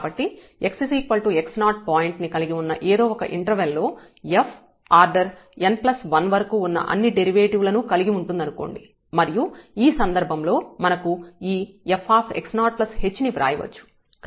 కాబట్టి x x0 point ని కలిగి ఉన్న ఏదో ఒక ఇంటర్వెల్ లో f ఆర్డర్ n1 వరకు ఉన్న అన్ని డెరివేటివ్ లను కలిగి ఉంటుందనుకోండి మరియు ఈ సందర్భంలో మనం ఈ fx0h ని వ్రాయవచ్చు